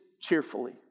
cheerfully